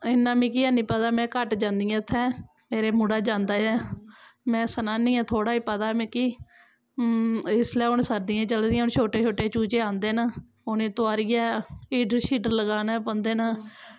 इन्ना मिगी हैनी पता में घट्ट जन्नी आं उत्थें मेरे मुड़ा जांदा ऐ में सनानी आं थोहड़ी गै पता ऐ मिगी इसलै हून सर्दियां चली दियां हून छोटे छोटे चूचे आंदे न उ'नेंगी तोआरियै हीटर शीटर लगाने पौंदे न